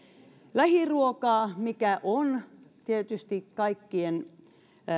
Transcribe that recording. lähiruokaa on tietysti kaikkien